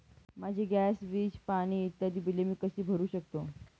माझी गॅस, वीज, पाणी इत्यादि बिले मी कशी भरु शकतो?